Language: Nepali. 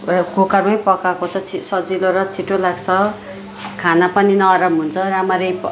कुकरमै पकाएको चाहिँ छि सजिलो र छिटो लाग्छ खाना पनि नरम हुन्छ राम्ररी प